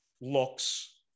looks